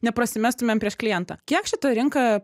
nepasimestumėm prieš klientą kiek šita rinka